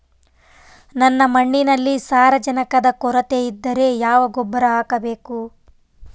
ನನ್ನ ಮಣ್ಣಿನಲ್ಲಿ ಸಾರಜನಕದ ಕೊರತೆ ಇದ್ದರೆ ಯಾವ ಗೊಬ್ಬರ ಹಾಕಬೇಕು?